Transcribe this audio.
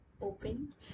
opened